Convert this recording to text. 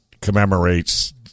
commemorates